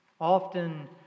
Often